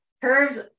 curves